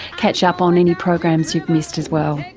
catch up on any programs you've missed as well.